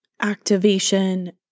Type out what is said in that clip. activation